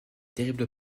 terrible